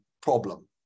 problem